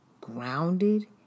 grounded